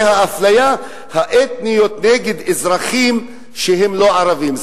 האפליה האתנית נגד אזרחים שהם לא ערבים.